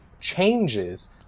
changes